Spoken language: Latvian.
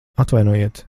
atvainojiet